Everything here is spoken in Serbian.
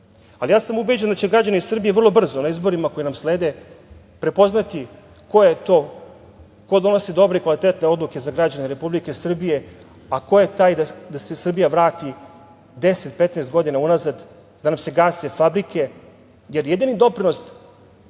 Ubeđen sam da će građani Srbije vrlo brzo na izborima koji nam slede prepoznati ko donosi dobre i kvalitetne odluke za građane Republike Srbije, a ko je taj da se Srbija vrati 10-15 godina unazad, da nam se gase fabrike, jer jedini doprinos